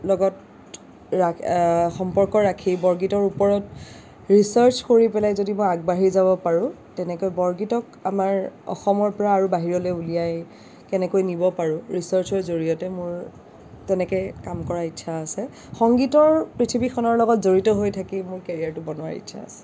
লগত সম্পৰ্ক ৰাখি বৰগীতৰ ওপৰত ৰিছাৰ্চ কৰি পেলাই যদি মই আগবাঢ়ি যাব পাৰোঁ তেনেকৈ বৰগীতক আমাৰ অসমৰ পৰা আৰু বাহিৰলৈ উলিয়াই কেনেকৈ নিব পাৰোঁ ৰিছাৰ্চৰ জড়িয়তে মোৰ তেনেকে কাম কৰাৰ ইচ্ছা আছে সংগীতৰ পৃথিৱীখনৰ লগত জড়িত হৈ থাকি মোৰ কেৰিয়াৰটো বনোৱাৰ ইচ্ছা আছে